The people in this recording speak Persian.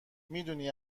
میدونی